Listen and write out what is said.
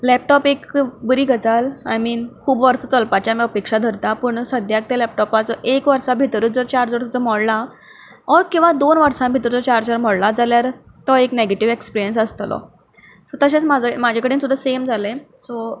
laptop एक बरी गजाल आय मिन खूब वर्सां चलपाची आमी अपेक्षा धरता पूण सद्याक त्या लॅपटोपाचो आमी एक वर्सा भितरच जर चार्जर जो मोडला वा किंवा देड वर्सा भितरल्लो चार्जर मोडला जाल्यार तो एक नॅगेटीव एक्सपिऱ्यंस आसतलो सो तशेंच म्हजे म्हजे कडेन सुद्दां सेम जालें